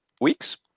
weeks